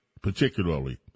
particularly